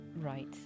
Right